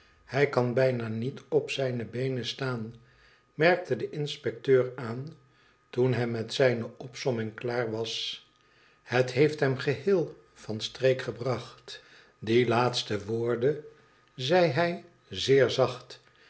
hij kan bijna niet op zijne beenen staan merkte de inspecteur aan toen hij met zijne opsomming klaar was het heeft hem geheel van streek gebracht f die laatste woorde zeide hij zeer zacht